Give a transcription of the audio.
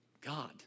God